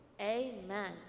amen